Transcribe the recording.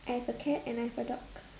I have a cat and I have a dog